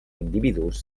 individus